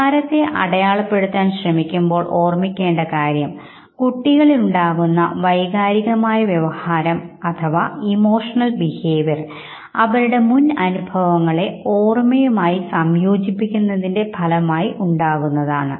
വികാരത്തെ അടയാളപ്പെടുത്താൻ ശ്രമിക്കുമ്പോൾ ഓർമ്മിക്കേണ്ട കാര്യം കുട്ടികളിലുണ്ടാകുന്ന വൈകാരികമായ വ്യവഹാരംഅവരുടെ മുൻ അനുഭവങ്ങളെ ഓർമ്മയുമായി ആയി സംയോജിപ്പിക്കുന്നതിൻറെ ഫലമായി ഉണ്ടാകുന്നതാണ്